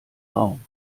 raum